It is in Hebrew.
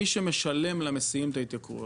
מי שמשלם למסיעים את ההתייקרויות,